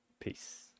peace